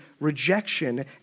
rejection